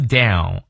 down